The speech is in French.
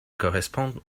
correspondent